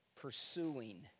pursuing